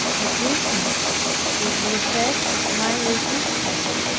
that weakness was the effect of my resistance,